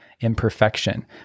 imperfection